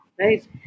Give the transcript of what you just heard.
right